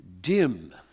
dim